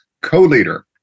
co-leader